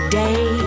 day